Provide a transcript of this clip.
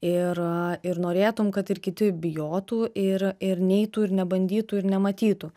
ir ir norėtum kad ir kiti bijotų ir ir neitų ir nebandytų ir nematytų